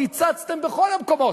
קיצצתם בכל המקומות,